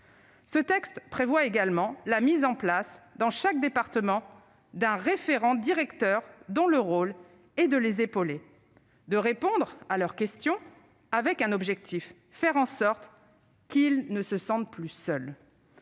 Ce texte prévoit également la mise en place dans chaque département d'un référent direction d'école dont le rôle est d'épauler les directeurs et de répondre à leurs questions, avec un objectif : faire en sorte qu'ils ne se sentent plus seuls.